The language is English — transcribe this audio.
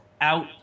out